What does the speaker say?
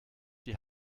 die